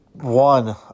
one